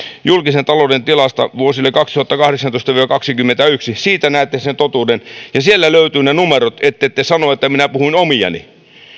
julkisen talouden tilasta vuosille kaksituhattakahdeksantoista viiva kaksituhattakaksikymmentäyksi siitä näette sen totuuden ja sieltä löytyvät ne numerot ettette sano että minä puhun omiani